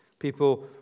People